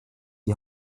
die